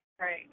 right